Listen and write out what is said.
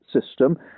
system